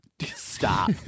Stop